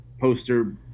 poster